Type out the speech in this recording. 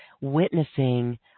witnessing